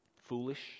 foolish